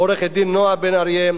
עורכת-הדין נועה בן-אריה,